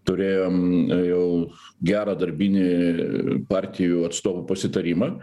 turėjom jau gerą darbinį partijų atstovų pasitarimą